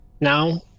Now